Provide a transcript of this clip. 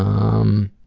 um,